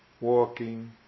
walking